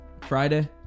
Friday